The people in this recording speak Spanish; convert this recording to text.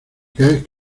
caes